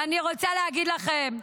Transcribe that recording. ואני רוצה להגיד לכם,